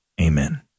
Amen